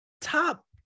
top